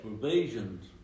provisions